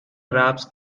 graphs